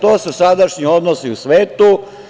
To su sadašnji odnosi u svetu.